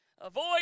Avoid